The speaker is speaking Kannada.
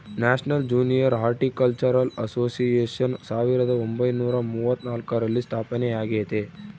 ನ್ಯಾಷನಲ್ ಜೂನಿಯರ್ ಹಾರ್ಟಿಕಲ್ಚರಲ್ ಅಸೋಸಿಯೇಷನ್ ಸಾವಿರದ ಒಂಬೈನುರ ಮೂವತ್ನಾಲ್ಕರಲ್ಲಿ ಸ್ಥಾಪನೆಯಾಗೆತೆ